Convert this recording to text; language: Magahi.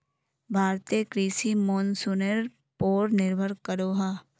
भारतीय कृषि मोंसूनेर पोर निर्भर करोहो